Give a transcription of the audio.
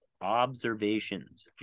observations